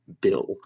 bill